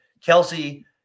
Kelsey